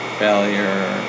failure